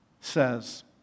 says